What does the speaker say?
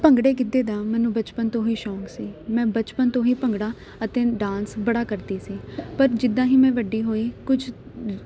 ਭੰਗੜੇ ਗਿੱਧੇ ਦਾ ਮੈਨੂੰ ਬਚਪਨ ਤੋਂ ਹੀ ਸ਼ੌਂਕ ਸੀ ਮੈਂ ਬਚਪਨ ਤੋਂ ਹੀ ਭੰਗੜਾ ਅਤੇ ਡਾਂਸ ਬੜਾ ਕਰਦੀ ਸੀ ਪਰ ਜਿੱਦਾਂ ਹੀ ਮੈਂ ਵੱਡੀ ਹੋਈ ਕੁਝ